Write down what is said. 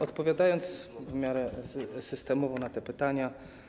Odpowiem w miarę systemowo na te pytania.